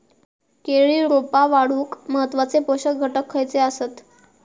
केळी रोपा वाढूक महत्वाचे पोषक घटक खयचे आसत?